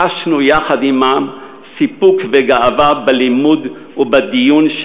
חשנו יחד עמם סיפוק וגאווה בלימוד ובדיון,